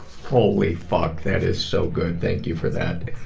holy fuck, that is so good. thank you for that.